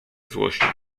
złością